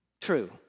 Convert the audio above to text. true